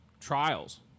trials